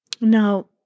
Now